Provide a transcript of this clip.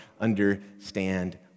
understand